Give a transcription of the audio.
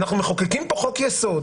אנחנו מחוקקים פה חוק יסוד.